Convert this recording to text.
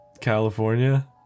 California